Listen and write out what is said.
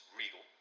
regal